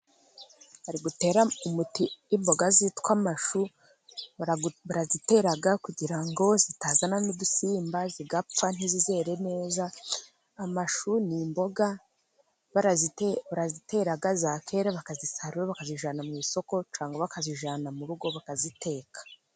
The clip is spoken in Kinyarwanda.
Arigutera umuti imboga zitwa mashu, baraziteraga kugira ngo zitazana n'udusimba zigapfa ntizizere neza, amashu n'imboga baraziteraga za kera bakazisarura, bakazijana mu isoko cyangwa bakazijana mu rugo bakaziteka.